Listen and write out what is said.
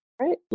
Right